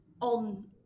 on